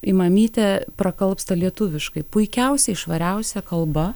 į mamytę prakalbsta lietuviškai puikiausiai švariausia kalba